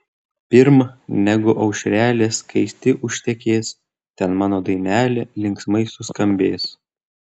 pirm negu aušrelė skaisti užtekės ten mano dainelė linksmai suskambės